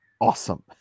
awesome